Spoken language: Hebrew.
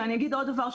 ואני אגיד עוד דבר,